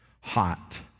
hot